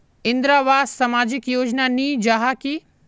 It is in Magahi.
इंदरावास सामाजिक योजना नी जाहा की?